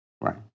Right